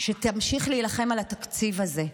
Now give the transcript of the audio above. שתמשיך להילחם על התקציב הזה.